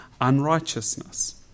unrighteousness